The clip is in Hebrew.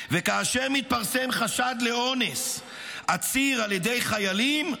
וכאשר מתפרסם חשד לאונס עציר על ידי חיילים,